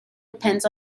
depends